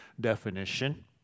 definition